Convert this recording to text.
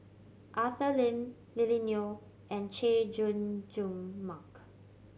Arthur Lim Lily Neo and Chay Jung Jun Mark